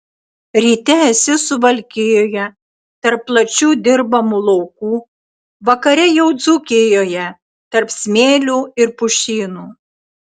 ryte esi suvalkijoje tarp plačių dirbamų laukų vakare jau dzūkijoje tarp smėlių ir pušynų